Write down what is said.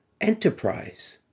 enterprise